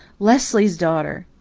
leslie's daughter!